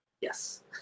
Yes